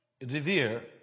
revere